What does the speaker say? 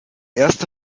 erste